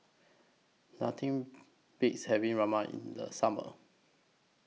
Nothing Beats having Ramen in The Summer